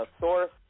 source